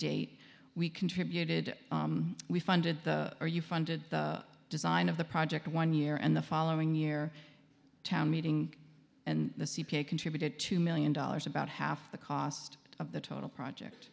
date we contributed we funded the or you funded the design of the project one year and the following year town meeting and the c p a contributed two million dollars about half the cost of the total project